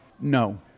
No